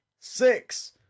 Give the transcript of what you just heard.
six